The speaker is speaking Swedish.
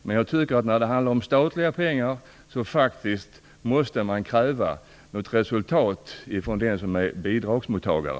Men när det handlar om statliga pengar måste man kräva något resultat från den som är bidragsmottagare.